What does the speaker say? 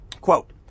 Quote